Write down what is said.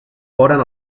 foren